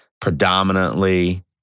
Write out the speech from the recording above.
predominantly